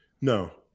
No